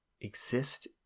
exist